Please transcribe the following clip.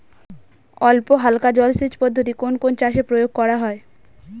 অল্পহালকা জলসেচ পদ্ধতি কোন কোন চাষে প্রয়োগ করা হয়?